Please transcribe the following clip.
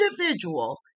individual